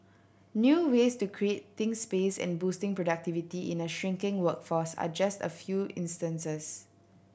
new ways to creating space and boosting productivity in a shrinking workforce are just a few instances